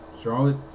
Charlotte